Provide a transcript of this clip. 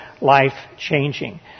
life-changing